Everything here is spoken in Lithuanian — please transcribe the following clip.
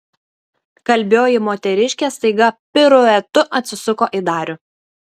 kalbioji moteriškė staiga piruetu atsisuko į darių